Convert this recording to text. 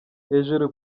hejuru